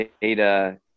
data